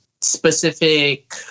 specific